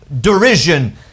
derision